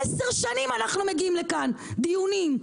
עשר שנים אנחנו מגיעים לכאן דיונים,